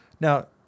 Now